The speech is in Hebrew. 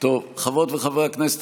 חברות וחברי הכנסת,